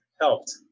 helped